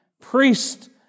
priest